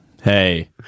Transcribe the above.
hey